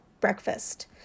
breakfast